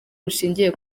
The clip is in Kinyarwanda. bushingiye